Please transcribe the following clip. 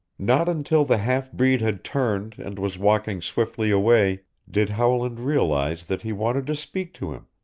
not until the half-breed had turned and was walking swiftly away did howland realize that he wanted to speak to him,